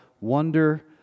Wonder